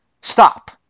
Stop